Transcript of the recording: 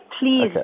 please